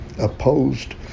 opposed